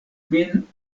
min